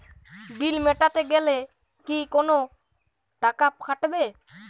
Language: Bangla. বিল মেটাতে গেলে কি কোনো টাকা কাটাবে?